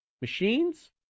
machines